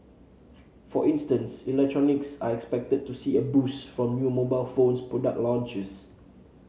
for instance electronics are expected to see a boost from new mobile phone product launches